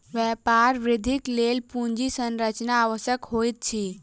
व्यापार वृद्धिक लेल पूंजी संरचना आवश्यक होइत अछि